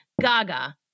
Gaga